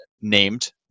named